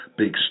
Big